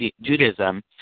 Judaism